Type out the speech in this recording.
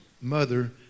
mother